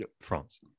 France